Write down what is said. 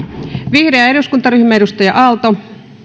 vihreä eduskuntaryhmä edustaja aalto